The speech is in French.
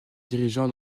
dirigeant